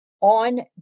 on